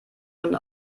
nun